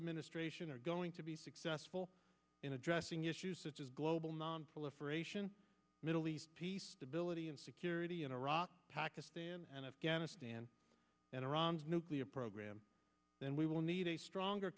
administration are going to be successful in addressing issues such as global nonproliferation middle east peace stability and security in iraq pakistan and afghanistan and iran's nuclear program then we will need a stronger